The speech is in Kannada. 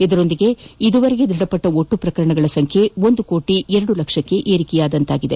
ಇದರೊಂದಿಗೆ ಈವರೆಗೆ ದೃಢಪಟ್ಟ ಒಟ್ಟು ಪ್ರಕರಣಗಳ ಸಂಖ್ಯೆ ಒಂದು ಕೋಟಿ ಎರಡು ಲಕ್ಷಕ್ಕೆ ಏರಿಕೆಯಾಗಿದೆ